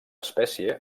espècie